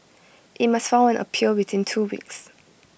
IT must file an appeal within two weeks